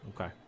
Okay